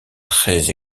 très